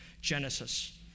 Genesis